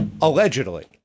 allegedly